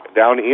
down